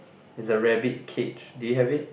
it's a rabbit cage do you have it